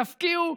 תפקיעו.